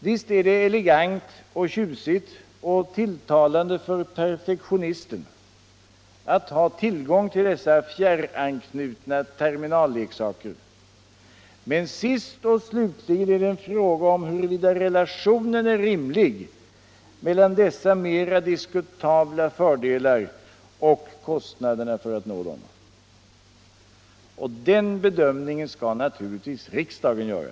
Visst är det elegant och tjusigt och tilltalande för perfektionisten att ha tillgång till dessa fjärranslutna terminalleksaker, men sist och slutligen är det en fråga om huruvida relationen är rimlig mellan dessa mera diskutabla fördelar och kostnaderna för att nå dem. Den bedömningen skall naturligtvis riksdagen göra.